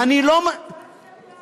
קצת חמלה, איתן.